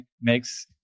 makes